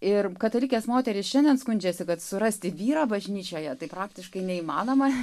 ir katalikės moterys šiandien skundžiasi surasti vyrą bažnyčioje tai praktiškai neįmanoma